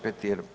Petir.